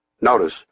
Notice